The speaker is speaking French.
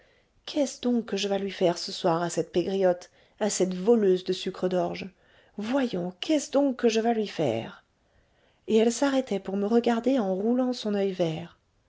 qu'est-ce donc que je vas lui faire ce soir à cette pégriotte à cette voleuse de sucre d'orge voyons qu'est-ce donc que je vas lui faire et elle s'arrêtait pour me regarder en roulant son oeil vert